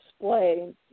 display